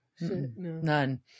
none